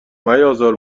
میازار